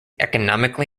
economically